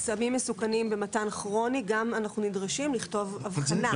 סמים מסוכנים במתן כרוני אנחנו נדרשים לכתוב אבחנה,